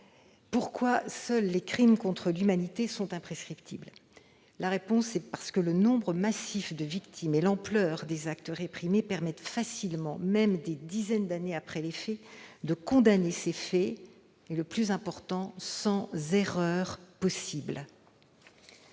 Pourquoi seuls les crimes contre l'humanité sont-ils imprescriptibles ? Parce que le nombre massif de victimes et l'ampleur des actes réprimés permettent facilement, même des dizaines d'années après les faits, de procéder à des condamnations sans erreur possible,